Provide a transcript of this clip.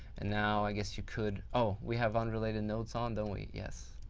and now i guess you could, oh, we have unrelated notes on, don't we? yes.